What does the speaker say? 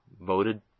voted